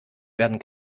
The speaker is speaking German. werden